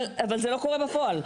אבל זה לא קורה בפועל.